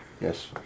Yes